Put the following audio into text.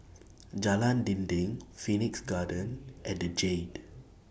Jalan Dinding Phoenix Garden and The Jade